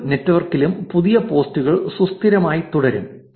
മുഴുവൻ നെറ്റ്വർക്കിലും പുതിയ പോസ്റ്റുകൾ സുസ്ഥിരമായി തുടരും